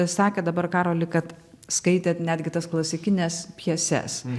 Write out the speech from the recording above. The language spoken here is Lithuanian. sakėt dabar karoli kad skaitėt netgi tas klasikines pjeses